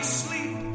sleep